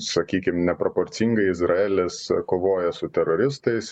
sakykim neproporcingai izraelis kovoja su teroristais